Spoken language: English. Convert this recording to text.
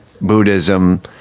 Buddhism